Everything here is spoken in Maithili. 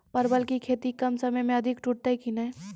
परवल की खेती कम समय मे अधिक टूटते की ने?